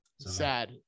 sad